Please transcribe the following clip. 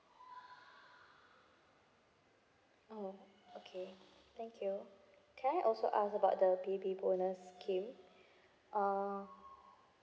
oh okay thank you can I also ask about the baby bonus scheme uh